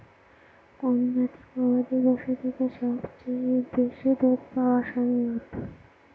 কোন জাতের গবাদী পশু থেকে সবচেয়ে বেশি দুধ পাওয়া সম্ভব?